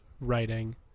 writing